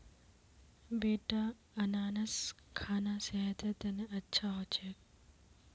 बेटा अनन्नास खाना सेहतेर तने अच्छा हो छेक